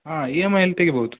ಹಾಂ E M I ಅಲ್ಲಿ ತೆಗಿಬೋದು